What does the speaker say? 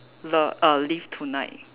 lo~ err live tonight